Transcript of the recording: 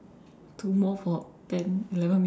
two more for ten eleven minutes